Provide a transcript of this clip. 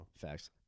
Facts